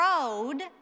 road